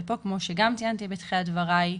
ופה, כמו שגם ציינתי בתחילת דבריי,